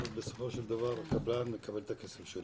ובסופו של דבר הקבלן מקבל את הכסף שלו.